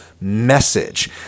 message